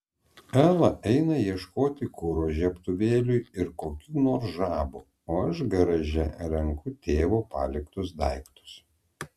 ela eina ieškoti kuro žiebtuvėliui ir kokių nors žabų o aš garaže renku tėvo paliktus daiktus